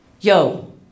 yo